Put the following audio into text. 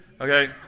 Okay